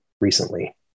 recently